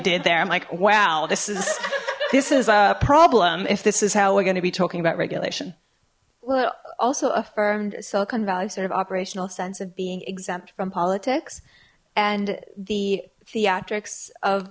did there i'm like wow this is this is a problem if this is how we're going to be talking about regulation well also affirmed silicon valley sort of operational sense of being exempt from politics and the